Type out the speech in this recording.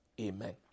amen